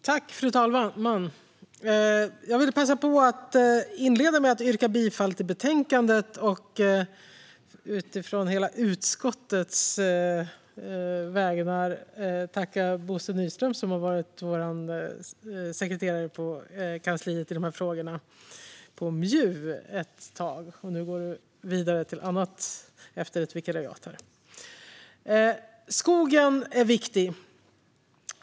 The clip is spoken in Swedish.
Fru talman! Jag vill passa på att inleda med att yrka bifall till utskottets förslag i betänkandet och att å hela utskottets vägnar tacka Bosse Nyström, som har varit vår sekreterare på MJU:s kansli i dessa frågor. Han går nu vidare till annat efter ett vikariat. Skogen är viktig.